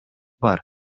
бар